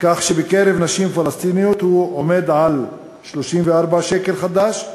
כך שבקרב נשים פלסטיניות הוא עומד על 34 שקל חדש,